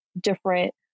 different